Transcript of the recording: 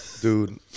dude